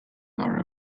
nor